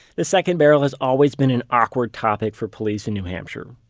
the second barrel has always been an awkward topic for police in new hampshire.